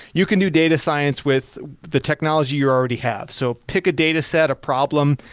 you can do data science with the technology you already have, so pick a data set, a problem.